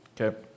Okay